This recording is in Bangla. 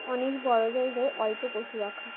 অনেক বড়ো জায়গায় অল্প পশু রাখা